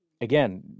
again